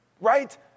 Right